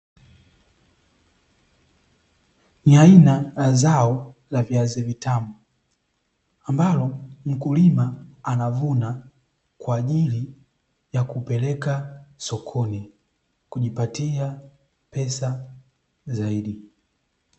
Ni aina ya zao la viazi vitamu, ambalo mkulima anavuna kwa ajili ya kupeleka sokoni kujipatia pesa zaidi.